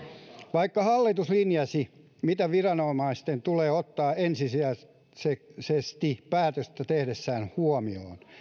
vaikka hallitus linjasi mitä viranomaisten tulee ottaa ensisijaisesti päätöstä tehdessään huomioon